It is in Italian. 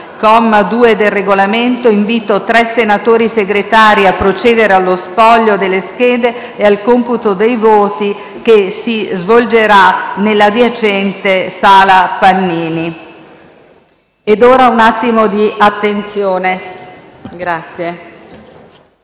comma 2, del Regolamento, invito tre senatori Segretari a procedere allo spoglio delle schede e al computo dei voti che si svolgerà nell'adiacente Sala Pannini. **Sul 26° anniversario